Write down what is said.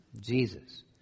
Jesus